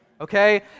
Okay